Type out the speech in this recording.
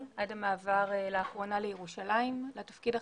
עד המעבר לאחרונה לירושלים לתפקיד החדש.